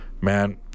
Man